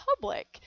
public